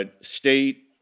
state